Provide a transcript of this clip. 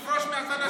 מפריעים.